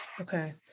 Okay